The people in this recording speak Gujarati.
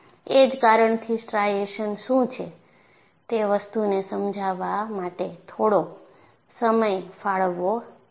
એ જ કારણથી સ્ટ્રાઇશન્સ શું છે તે વસ્તુને સમજાવવા માટે થોડો સમય ફાળવવો પડશે